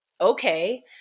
okay